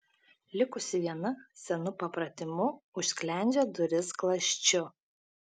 likusi viena senu papratimu užsklendžia duris skląsčiu